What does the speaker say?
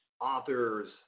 authors